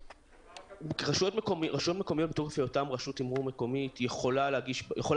רשויות מקומיות מתוקף היותן רשות תמרור מקומית מצד